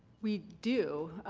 we do